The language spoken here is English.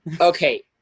okay